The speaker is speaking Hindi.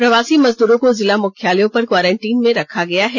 प्रवासी मजदूरों को जिला मुख्यालयों पर क्वारंटीन में रखा गया है